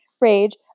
rage